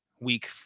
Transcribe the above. week